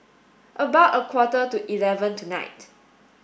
about a quarter to eleven tonight